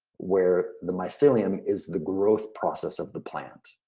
where the mycelium is the growth process of the plant.